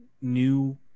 new